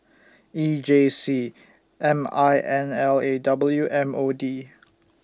E J C M I N L A W M O D